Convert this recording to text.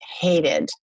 hated